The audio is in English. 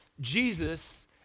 Jesus